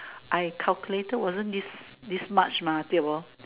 I calculated wasn't this this much mah tio bo